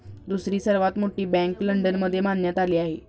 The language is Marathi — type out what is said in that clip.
दुसरी सर्वात मोठी बँक लंडनमध्ये बांधण्यात आली आहे